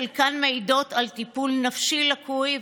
חלקן מעידות על טיפול נפשי לקוי,